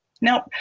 Nope